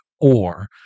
or-